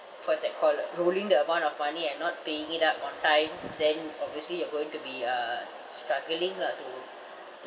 what's that call uh rolling the amount of money and not paying it up on time then obviously you're going to be uh struggling lah to